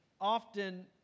often